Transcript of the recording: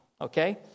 Okay